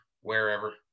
wherever